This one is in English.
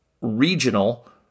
regional